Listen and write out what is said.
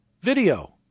video